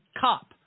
cop